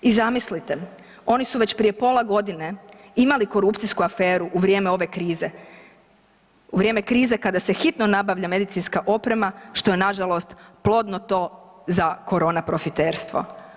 I zamislite, oni su već prije pola godine imali korupcijsku aferu u vrijeme ove krize, u vrijeme krize kada se hitno nabavlja medicinska oprema što je na žalost plodno tlo za korona profiterstvo.